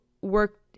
Work